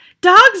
Dog's